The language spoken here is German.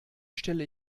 stelle